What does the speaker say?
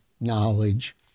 knowledge